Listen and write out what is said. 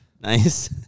Nice